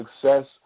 success